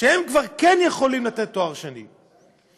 שכבר כן יכולות לתת תואר שני,